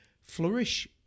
flourish